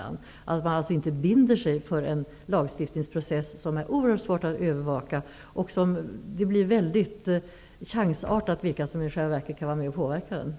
Man binder sig alltså inte för en lagstiftningsprocess som är oerhört svår att övervaka och där det blir väldigt chansartat vilka som i själva verket kan vara med och påverka.